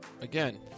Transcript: again